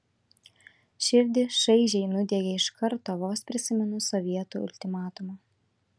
širdį šaižiai nudiegė iš karto vos prisiminus sovietų ultimatumą